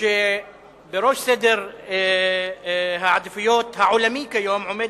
שבראש סדר העדיפויות העולמי כיום עומד